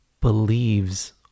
believes